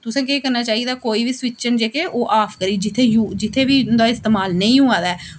तुसें केह् करना चाहिदा कोई बी स्विच न जेह्के आफ करियै जित्थें जित्थें बी उं'दा इस्तेमाल नेईं होआ दा ऐ